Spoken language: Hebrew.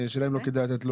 השאלה אם לא כדאי לתת לו?